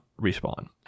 respawn